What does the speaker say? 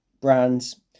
brands